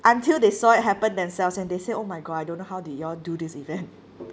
until they saw it happen themselves and they say oh my god I don't know how did you all do this event